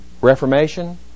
Reformation